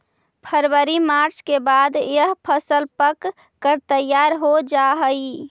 फरवरी मार्च के बाद यह फसल पक कर तैयार हो जा हई